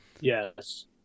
yes